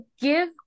give